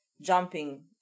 jumping